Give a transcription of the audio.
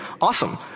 awesome